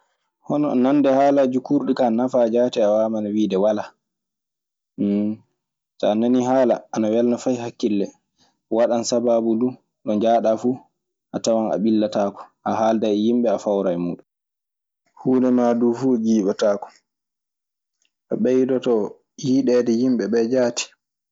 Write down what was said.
Hono nande haalaaji kuurɗi kaa nafaa jaati a waawa wiide walaa. so a nanii haala ana welna fay hakille, waɗan sabaabu du ɗo njahaɗaa fuu a tawan a ɓillataako. A haaldan e yimɓe a fawran e muuɗun. Huunde maa duu fu jiiɓɓataako. A ɓeydoto yiɗeede yimɓe ɓee jaati.